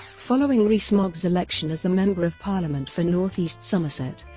following rees-mogg's election as the member of parliament for north east somerset,